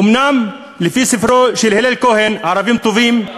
אומנם לפי ספרו של הלל כהן, "ערבים טובים",